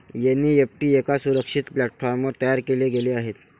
NEFT एका सुरक्षित प्लॅटफॉर्मवर तयार केले गेले आहे